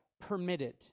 permitted